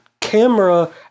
camera